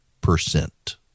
percent